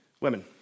women